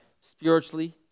spiritually